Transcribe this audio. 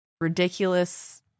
ridiculous